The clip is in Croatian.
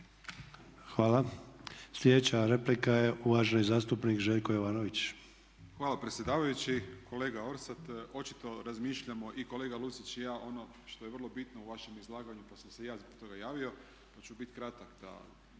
Hvala. Sljedeća replika je uvaženi zastupnik Željko Jovanović. **Jovanović, Željko (SDP)** Hvala predsjedavajući. Kolega Orsat, očito razmišljamo i kolega Lucić i ja ono što je vrlo bitno u vašem izlaganju pa sam se i ja zbog toga javio, pa ću biti kratak da